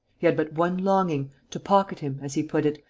he had but one longing, to pocket him, as he put it,